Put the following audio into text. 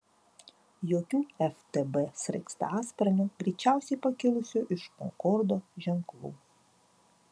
jokių ftb sraigtasparnio greičiausiai pakilusio iš konkordo ženklų